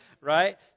right